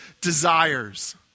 desires